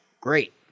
great